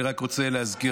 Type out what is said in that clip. אני רק רוצה להזכיר.